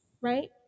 right